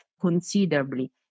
considerably